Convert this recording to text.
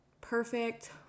perfect